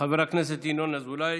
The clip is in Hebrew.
חבר הכנסת ינון אזולאי,